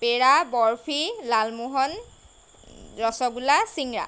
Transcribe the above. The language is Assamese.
পেৰা বৰফি লালমোহন ৰচগোলা চিংৰা